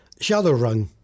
Shadowrun